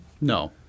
No